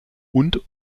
und